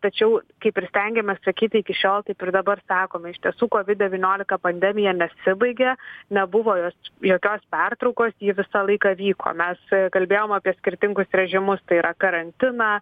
tačiau kaip ir stengiamės sakyti iki šiol taip ir dabar sakome iš tiesų covid devyniolika pandemija nesibaigė nebuvo jos jokios pertraukos ji visą laiką vyko mes kalbėjom apie skirtingus režimus tai yra karantiną